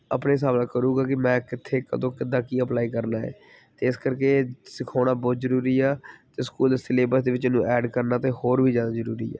ਆਪਣੇ ਹਿਸਾਬ ਨਾਲ ਕਰੂੰਗਾ ਕਿ ਮੈਂ ਕਿੱਥੇ ਕਦੋਂ ਕਿੱਦਾਂ ਕੀ ਅਪਲਾਈ ਕਰਨਾ ਹੈ ਅਤੇ ਇਸ ਕਰਕੇ ਸਿਖਾਉਣਾ ਬਹੁਤ ਜ਼ਰੂਰੀ ਆ ਅਤੇ ਸਕੂਲ ਦੇ ਸਿਲੇਬਸ ਦੇ ਵਿੱਚ ਇਹ ਨੂੰ ਐਡ ਕਰਨਾ ਤਾਂ ਹੋਰ ਵੀ ਜ਼ਿਆਦਾ ਜ਼ਰੂਰੀ ਆ